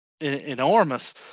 enormous